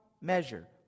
measure